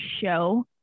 show